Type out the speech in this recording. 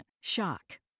shock